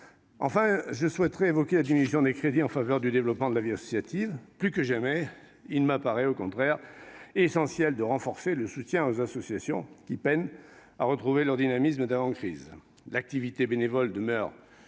Enfin, j'évoquerai la diminution des crédits en faveur du développement de la vie associative. Plus que jamais, il m'apparaît essentiel de renforcer le soutien aux associations, qui peinent à retrouver leur dynamisme d'avant-crise. L'activité bénévole demeure